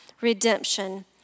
redemption